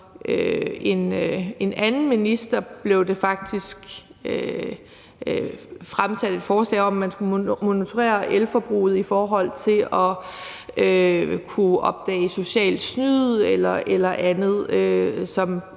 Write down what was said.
en anden minister blev der faktisk fremsat forslag om, at man skulle monitorere elforbruget i forhold til at kunne opdage socialt snyd eller andet, hvilket